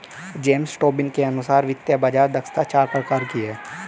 James Tobin के अनुसार वित्तीय बाज़ार दक्षता चार प्रकार की है